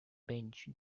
bench